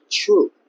true